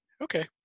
Okay